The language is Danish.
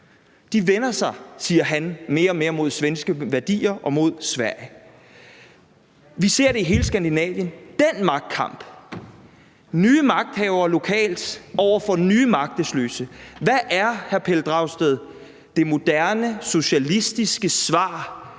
vender sig, siger han, mere og mere mod svenske værdier og mod Sverige. Vi ser den magtkamp i hele Skandinavien: nye magthavere lokalt over for nye magtesløse. Hvad er, hr. Pelle Dragsted, det moderne socialistiske svar